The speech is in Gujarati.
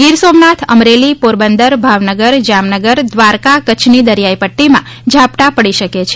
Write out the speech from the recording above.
ગીરસોમનાથ અમરેલી પોરબંદર ભાવગનર જામનગર દ્વારકા કચ્છની દરિયાઇ પદ્દીમાં ઝાપટાં પડી શકે છે